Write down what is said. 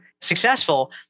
successful